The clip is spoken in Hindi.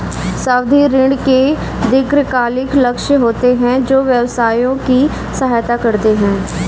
सावधि ऋण के दीर्घकालिक लक्ष्य होते हैं जो व्यवसायों की सहायता करते हैं